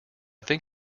think